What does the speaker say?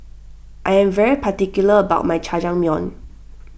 I am very particular about my Jajangmyeon